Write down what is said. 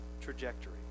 trajectory